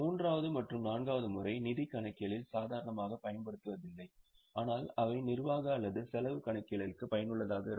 மூன்றாவது மற்றும் நான்காவது முறை நிதிக் கணக்கியலில் சாதாரணமாகப் பயன்படுத்தப்படுவதில்லை ஆனால் அவை நிர்வாக அல்லது செலவு கணக்கியலுக்கு பயனுள்ளதாக இருக்கும்